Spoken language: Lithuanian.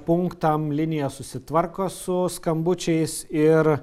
punktam linija susitvarko su skambučiais ir